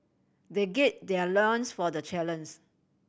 they their loins for the challens